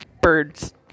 Birds